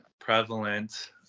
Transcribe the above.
prevalent